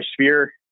sphere